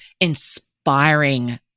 inspiring